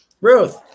Ruth